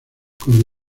con